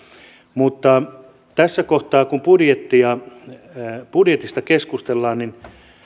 mutta tässä kohtaa kun budjetista keskustellaan niin